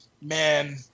man